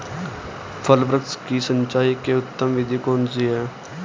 फल वृक्ष की सिंचाई की उत्तम विधि कौन सी है?